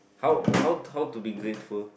how how how to be grateful